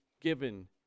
given